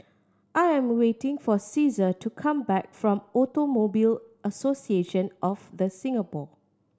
I am waiting for Caesar to come back from Automobile Association of The Singapore